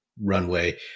runway